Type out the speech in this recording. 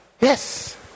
Yes